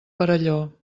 perelló